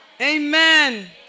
Amen